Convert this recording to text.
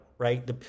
Right